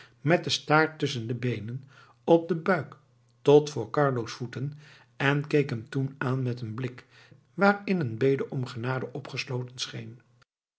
met den staart tusschen de beenen op zijn buik tot voor carlo's voeten en keek hem toen aan met een blik waarin een bede om genade opgesloten scheen